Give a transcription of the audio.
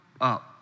up